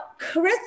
Carissa